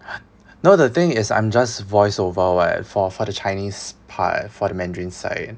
no the thing is I'm just voice over [what] for for the chinese part for the mandarin side